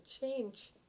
change